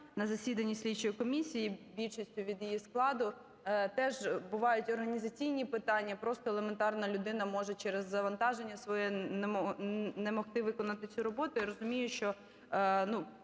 на засіданні слідчої комісії більшістю від її складу. Теж бувають організаційні питання, просто елементарно людина може через завантаження своє не могти виконати цю роботу. Я розумію, що